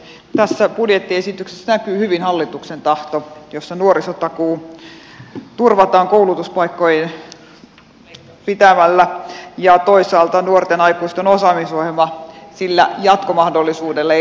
tässä budjettiesityksessä näkyy hyvin hallituksen tahto jossa nuorisotakuu turvataan koulutuspaikkoja pitämällä ja toisaalta nuorten aikuisten osaamisohjelman jatkomahdollisuudella eli lisärahoituksella